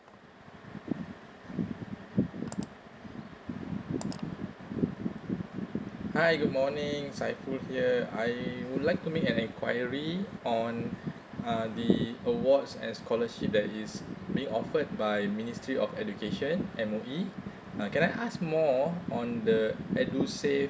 hi good morning saiful here I would like to make an enquiry on uh the awards and scholarship that is may offered by ministry of education M_O_E uh can I ask more on the edusave